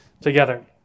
together